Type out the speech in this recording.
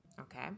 Okay